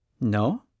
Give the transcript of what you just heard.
No